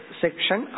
section